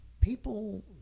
people